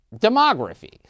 demography